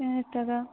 টাকা